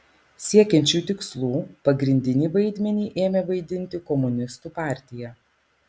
siekiant šių tikslų pagrindinį vaidmenį ėmė vaidinti komunistų partija